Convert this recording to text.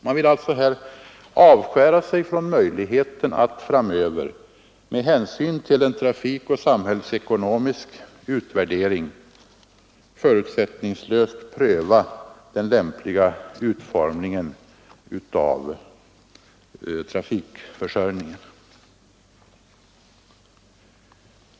Man vill alltså avskärma sig från möjligheten att framöver — med hänsyn till en trafikoch samhällsekonomisk utvärdering — förutsättningslöst pröva den lämpliga utformningen av trafikförsörjningen.